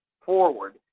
forward